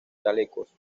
chalecos